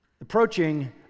approaching